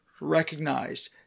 recognized